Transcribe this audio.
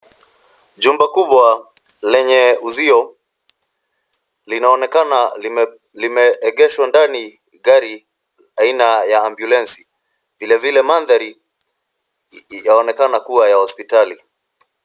Jumba kubwa lenye uzio linaonekana limeegeshwa ndani gari aina ya ambulensi. Vile vile mandhari yaonekana kuwa ya hospitali.